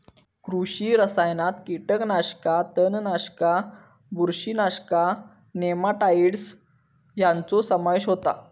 कृषी रसायनात कीटकनाशका, तणनाशका, बुरशीनाशका, नेमाटाइड्स ह्यांचो समावेश होता